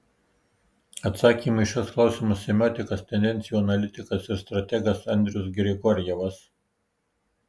atsakymų į šiuos klausimus semiotikas tendencijų analitikas ir strategas andrius grigorjevas